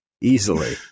Easily